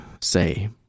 say